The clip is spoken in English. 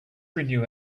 renew